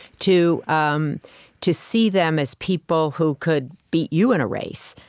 to um to see them as people who could beat you in a race,